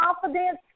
confidence